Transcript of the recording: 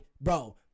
bro